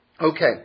Okay